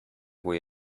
way